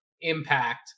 impact